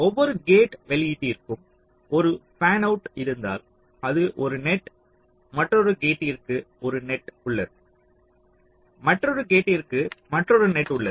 ஒவ்வொரு கேட் வெளியீட்டிற்கும் ஒரு ஃபேன்அவுட் இருந்தால் அது ஒரு நெட் மற்றொரு கேட்டிற்க்கு ஒரு நெட் உள்ளது மற்றொரு கேட்டிற்க்கு மற்றொரு நெட் உள்ளது